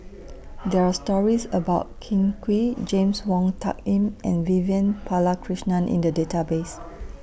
There Are stories about Kin Chui James Wong Tuck Yim and Vivian Balakrishnan in The Database